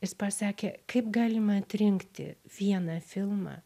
jis pasakė kaip galima atrinkti vieną filmą